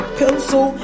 pencil